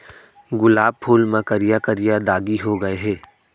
गुलाब फूल म करिया करिया दागी हो गय हे